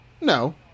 No